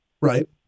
right